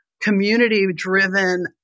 community-driven